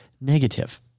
negative